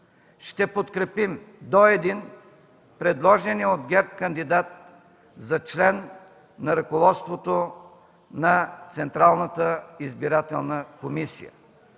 ще подкрепим до един предложения от ГЕРБ кандидат за член на ръководството на Централната избирателна комисия.